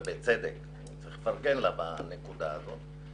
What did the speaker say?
ובצדק צריך לפרגן לה בנקודה זו.